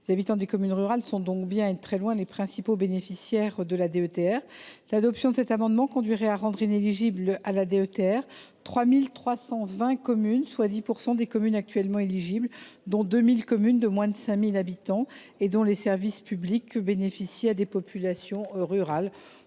Les habitants des communes rurales sont donc bien, et de très loin, les principaux bénéficiaires de la DETR. L’adoption de cet amendement conduirait à rendre inéligibles à cette dotation 3 320 communes, soit 10 % des communes actuellement éligibles, dont 2 000 communes de moins de 5 000 habitants, où les services publics bénéficient à des populations rurales.